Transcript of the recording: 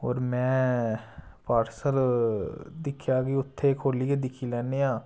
होर में पार्सल दिक्खेआ कि उत्थै खोल्लियै दिक्खी लैन्ने आं